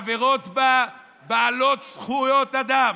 חברות בה בעלות זכויות אדם,